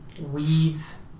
weeds